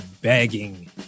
begging